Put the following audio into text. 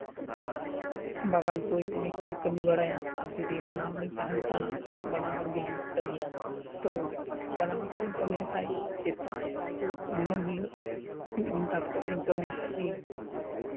ᱵᱟᱜᱟᱱ ᱠᱚ ᱩᱱᱤ ᱠᱚᱭ ᱠᱟᱹᱢᱤ ᱵᱟᱲᱟᱭᱟ ᱟᱨ ᱡᱩᱫᱤ ᱵᱟᱱᱟ ᱦᱚᱲᱞᱤᱧ ᱛᱟᱦᱮᱱ ᱠᱷᱟᱱ ᱵᱟᱱᱟ ᱦᱚᱲ ᱜᱮᱞᱤᱧ ᱠᱟᱹᱢᱤᱭᱟ ᱛᱚ ᱵᱟᱱᱟ ᱦᱚᱲ ᱛᱮᱞᱤᱧ ᱠᱟᱹᱢᱤ ᱞᱮᱠᱷᱟᱱ ᱥᱮᱛᱟᱜ ᱫᱤᱱᱟᱹᱢ ᱦᱤᱞᱟᱹᱜ ᱢᱤᱫ ᱜᱷᱚᱱᱴᱟ ᱠᱟᱛᱮᱫ ᱞᱤᱧ ᱠᱟᱹᱢᱤ ᱞᱮᱠᱷᱟᱱ ᱜᱮ